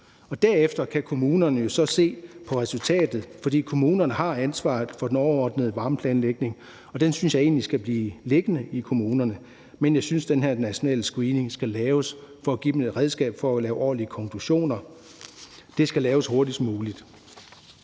Derefter kan kommunerne jo så se på resultatet, for kommunerne har ansvaret for den overordnede varmeplanlægning, og den synes jeg egentlig skal blive liggende i kommunerne. Men jeg synes, den her nationale screening skal laves for at give dem et redskab til at lave ordentlige konklusioner med, og den skal laves hurtigst muligt.